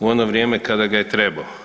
u ono vrijeme kada ga je trebao.